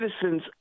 citizens